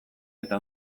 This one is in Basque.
eta